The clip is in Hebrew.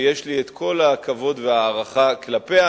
ויש לי כל הכבוד וההערכה כלפיה,